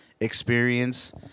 experience